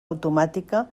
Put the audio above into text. automàtica